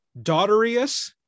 Daughterius